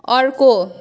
अर्को